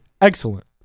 excellent